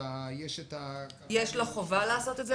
יש לאותה גננת פרטית חובה לעשות את זה?